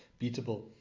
beatable